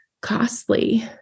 costly